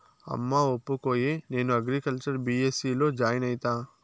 అమ్మా ఒప్పుకోయే, నేను అగ్రికల్చర్ బీ.ఎస్.సీ లో జాయిన్ అయితా